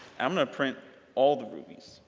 i'm gonna print all the rubies,